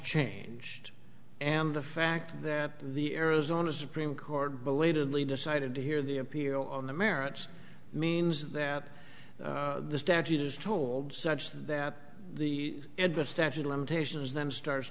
changed and the fact that the arizona supreme court belatedly decided to hear the appeal on the merits means that the statute is told such that the statute limitations them star